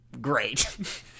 great